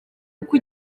uko